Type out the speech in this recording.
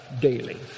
daily